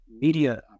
media